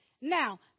now